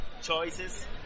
choices